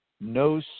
no